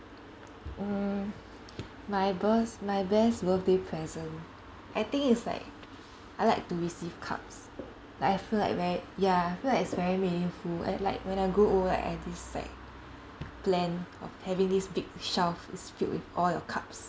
mm my birth my best birthday present I think it's like I like to receive cups like I feel like very ya I feel like it's very meaningful and like when I grow old I have this like plan of having this big shelf it's filled with all your cups